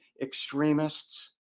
extremists